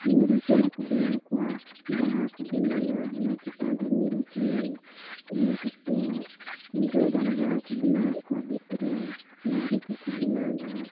ᱢᱤᱨᱩ ᱪᱮᱬᱮ ᱠᱚ ᱵᱮᱱᱟᱣ ᱠᱚᱣᱟ ᱵᱟᱦᱟ ᱠᱚ ᱵᱮᱱᱟᱣᱟ ᱚᱱᱟ ᱪᱮᱛᱟᱱ ᱨᱮ ᱢᱤᱨᱩ ᱪᱮᱬᱮ ᱤᱱᱟᱹ ᱠᱟᱛᱮᱫ ᱜᱟᱹᱭ ᱰᱟᱝᱨᱟ ᱦᱚᱸᱠᱚ ᱵᱮᱱᱟᱣᱮᱫ ᱠᱚᱣᱟ ᱵᱷᱤᱛ ᱨᱮ ᱫᱟᱨᱮ ᱠᱚᱠᱚ ᱵᱮᱱᱟᱣᱫᱟ